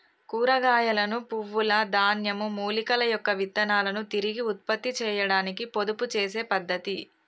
కూరగాయలను, పువ్వుల, ధాన్యం, మూలికల యొక్క విత్తనాలను తిరిగి ఉత్పత్తి చేయాడానికి పొదుపు చేసే పద్ధతి